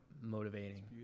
motivating